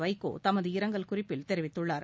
வைகோ தமது இரங்கல் குறிப்பில் தெரிவித்துள்ளார்